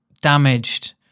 damaged